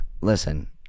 Listen